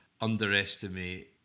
underestimate